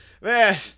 man